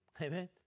Amen